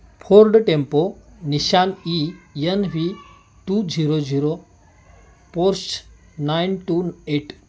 ford tempo Nissan E N V two zero zero Porsche nine two eight